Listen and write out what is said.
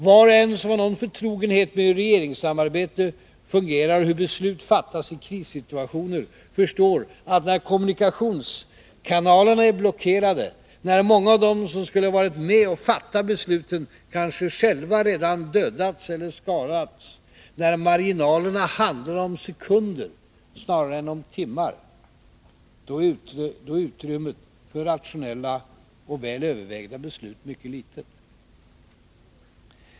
Var och en som har någon förtrogenhet med hur regeringsarbete fungerar och hur beslut fattas i krissituationer förstår att när kommunikationskanalerna är blockerade, när många av dem som skulle ha varit med och fattat besluten kanske själva redan dödats eller skadats, när marginalerna handlar om sekunder snarare än timmar — då är utrymmet för rationella och väl övervägda beslut mycket litet.